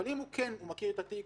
אבל אם הוא מכיר את התיק,